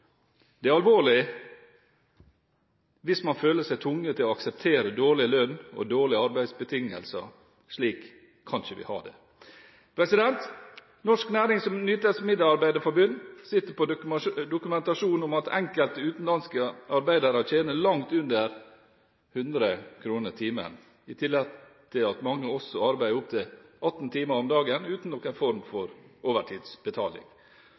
Det er alvorlig hvis man føler seg tvunget til å akseptere dårlig lønn og dårlige arbeidsbetingelser. Slik kan vi ikke ha det. Norsk Nærings- og Nytelsesmiddelarbeiderforbund sitter på dokumentasjon om at enkelte utenlandske arbeidere tjener langt under 100 kr per time – i tillegg til at mange også arbeider opptil 18 timer om dagen, uten noen form for overtidsbetaling.